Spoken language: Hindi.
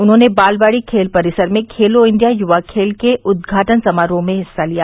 उन्होंने बालवाड़ी खेल परिसर में खेलो इंडिया युवा खेल के उद्घाटन समारोह में हिस्सा लिया